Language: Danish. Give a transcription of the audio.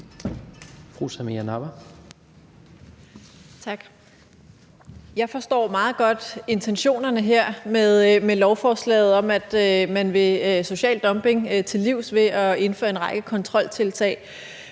Jeg forstår meget godt intentionerne her med lovforslaget om, at man vil social dumping til livs ved at indføre en række kontroltiltag.